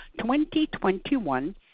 2021